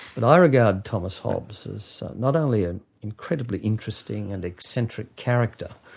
and i regard thomas hobbes as not only an incredibly interesting and eccentric character,